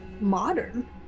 modern